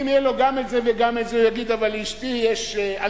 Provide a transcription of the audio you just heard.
ואם יהיה לו גם את זה וגם את זה הוא יגיד: אבל לאשתי יש אלרגיה,